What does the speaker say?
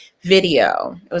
video